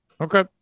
Okay